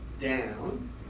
down